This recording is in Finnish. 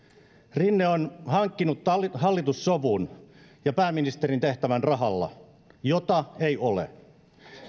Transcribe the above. rinne on hankkinut hallitussovun ja pääministerin tehtävän rahalla jota ei ole